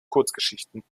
kurzgeschichten